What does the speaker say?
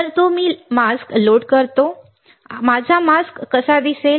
तर मी mask load करतो माझा मास्क कसा दिसेल